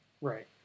Right